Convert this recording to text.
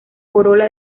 corola